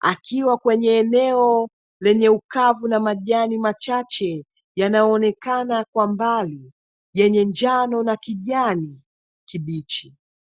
akiwa kwenye eneo lenye ukavu na majani machache yanayoonekana kwa mbali yenye njano na kijani kibichi.